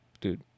dude